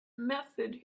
method